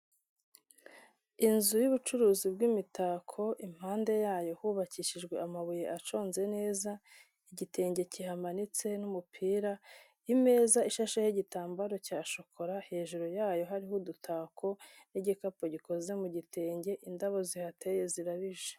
Inzu y'ubucuruzi bw'imitako, impande yayo hubakishijwe amabuye aconze neza, igitenge kihamanitse n'umupira, imeza ishasheho y'igitambaro cya shokora, hejuru yayo hariho udutako n'igikapu gikoze mu gitenge, indabo zihateye zirabije.